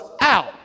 out